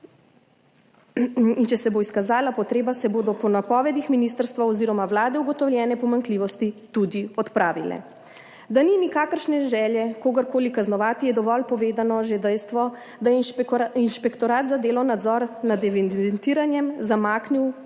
In če se bo izkazala potreba se bodo po napovedih ministrstva, oz. vlade, ugotovljene pomanjkljivosti tudi odpravile. Da ni nikakršne želje kogarkoli kaznovati, je dovolj povedano že dejstvo, da je Inšpektorat za delo nadzor nad evidentiranjem zamaknil